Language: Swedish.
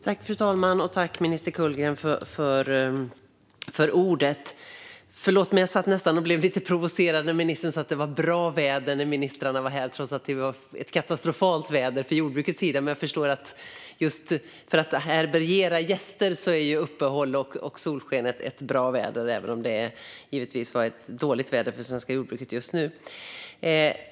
Fru talman! Förlåt, men jag blev nästan lite provocerad när ministern sa att det var bra väder när ministrarna var här, för det var ju ett katastrofalt väder för jordbrukets del. Men jag förstår att uppehåll och solsken är bra väder när det gäller att underhålla gäster även om det givetvis är dåligt för det svenska jordbruket just nu.